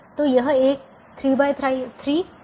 तो यह एक 3x3 परिवहन समस्या है